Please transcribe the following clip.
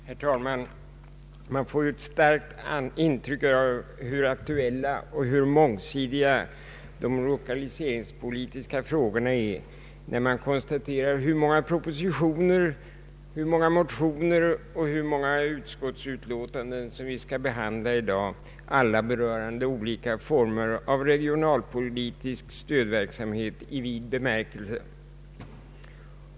Herr talman! Man får ett starkt intryck av hur aktuella och mångsidiga de lokaliseringspolitiska frågorna är när man konstaterar hur många propositioner, hur många motioner och hur många utskottsutlåtanden vi skall behandla i dag, alla berörande olika former av regionalpolitisk stödverksamhet i vid bemärkelse.